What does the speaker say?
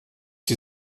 die